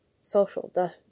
social